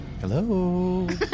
Hello